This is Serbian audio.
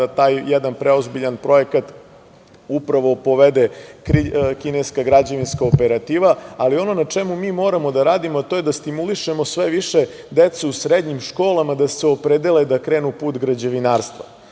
da taj jedan preozbiljan projekat, upravo povede kineska građevinska operativa, ali ono na čemu mi moramo da radimo to je da stimulišemo sve više decu u srednjim školama, da se opredele da krenu put građevinarstva. Možda